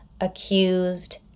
accused